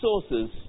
sources